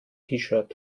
shirt